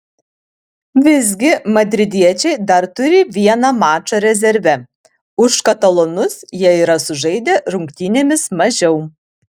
visgi madridiečiai dar turi vieną mačą rezerve už katalonus jie yra sužaidę rungtynėmis mažiau